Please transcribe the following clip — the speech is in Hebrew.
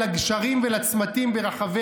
לא ציפיתי לנאום כל כך מביש,